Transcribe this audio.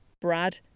brad